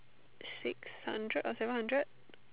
six hundred or seven hundred